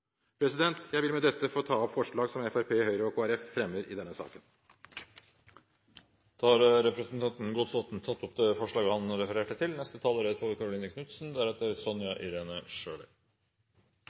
Jeg vil med dette ta opp forslaget fra Fremskrittspartiet, Høyre og Kristelig Folkeparti i denne saken. Representanten Jon Jæger Gåsvatn har tatt opp det forslaget han refererte til.